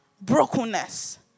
Brokenness